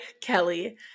Kelly